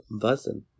buzzing